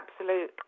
absolute